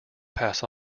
pass